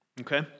okay